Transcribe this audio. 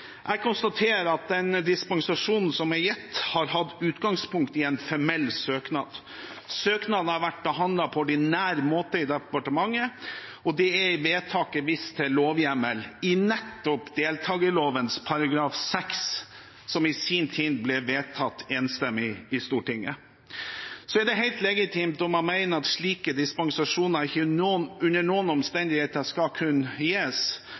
Jeg konstaterer at den dispensasjonen som er gitt, har hatt utgangspunkt i en formell søknad. Søknaden har vært behandlet på ordinær måte i departementet, og det er i vedtaket vist til lovhjemmel i nettopp deltakerloven § 6, som i sin tid ble vedtatt enstemmig i Stortinget. Det er helt legitimt om man mener at slike dispensasjoner ikke under noen omstendigheter skal kunne gis